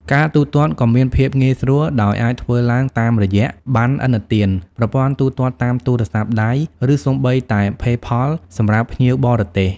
ការទូទាត់ក៏មានភាពងាយស្រួល ដោយអាចធ្វើឡើងតាមរយៈ ប័ណ្ណឥណទាន ប្រព័ន្ធទូទាត់តាមទូរស័ព្ទដៃ ឬសូម្បីតែផេ ផល សម្រាប់ភ្ញៀវបរទេស។